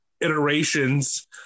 iterations